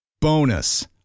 Bonus